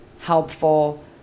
helpful